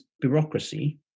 bureaucracy